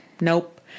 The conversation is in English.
Nope